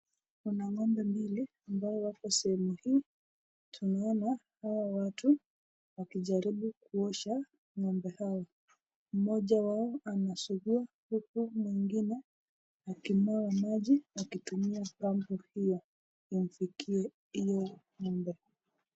Kuna ng'ombe mbili ambayo wako sehemu hii, tunaona hawa watu wakijaribu kuosha ng'ombe hawa. Mmoja wao anasukua huku mwingine akimwaga maji akitumia pambi hiyo imfikie huyo ng'ombe.